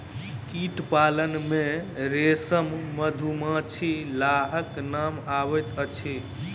कीट पालन मे रेशम, मधुमाछी, लाहक नाम अबैत अछि